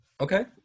Okay